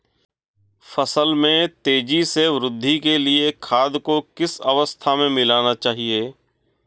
फसल में तेज़ी से वृद्धि के लिए खाद को किस अवस्था में मिलाना चाहिए?